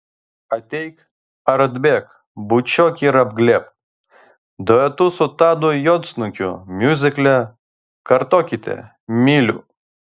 ateik ar atbėk bučiuok ir apglėbk duetu su tadu juodsnukiu miuzikle kartokite myliu